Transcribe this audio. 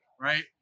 Right